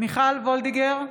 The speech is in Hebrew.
מיכל וולדיגר,